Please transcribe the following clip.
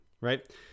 right